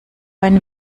ein